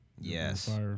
Yes